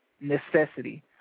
necessity